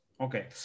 okay